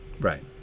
Right